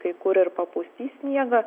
kai kur ir papustys sniegą